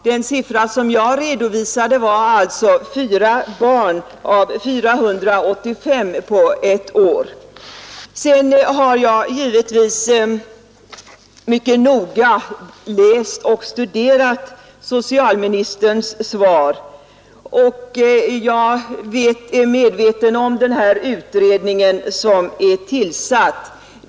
Den siffra som jag redovisade var alltså fyra barn av 485 på ett år. Jag har givetvis mycket noga läst och studerat socialministerns svar, och jag är medveten om att en utredning är tillsatt.